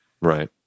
Right